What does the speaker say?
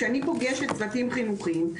כשאני פוגשת צוותים חינוכיים,